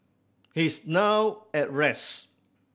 he is now at rest